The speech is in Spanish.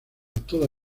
toda